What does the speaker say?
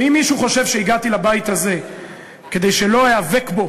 ואם מישהו חושב שהגעתי לבית הזה כדי שלא איאבק בו